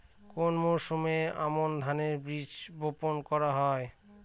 কোন মরশুমে আমন ধানের বীজ বপন করা হয়?